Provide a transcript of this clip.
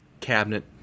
cabinet